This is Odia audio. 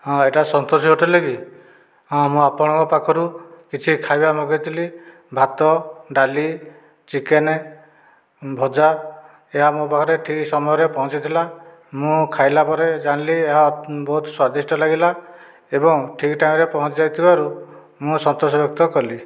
ହଁ ଏଇଟା ସନ୍ତୋଷି ହୋଟେଲ କି ହଁ ମୁଁ ଆପଣଙ୍କ ପାଖରୁ କିଛି ଖାଇବା ମଗେଇଥିଲି ଭାତ ଡାଲି ଚିକେନ ଭଜା ଏହା ମୋ ପାଖରେ ଠିକ ସମୟରେ ପହଞ୍ଚିଥିଲା ମୁଁ ଖାଇଲା ପରେ ଜାଣିଲି ଏହା ବହୁତ ସ୍ବାଦିଷ୍ଟ ଲାଗିଲା ଏବଂ ଠିକ ଟାଇମରେ ପହଞ୍ଚିଯାଇଥିବାରୁ ମୁଁ ସନ୍ତୋଷ ବ୍ୟକ୍ତ କଲି